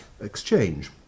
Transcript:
exchange